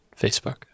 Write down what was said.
Facebook